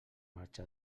marxa